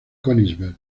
königsberg